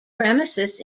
premises